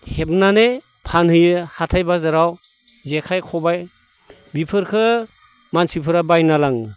हेबनानै फानहैयो हाथाय बाजाराव जेखाइ खबाइ बिफोरखो मानसिफोरा बायना लाङो